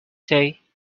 say